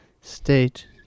State